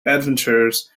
adventures